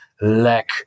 lack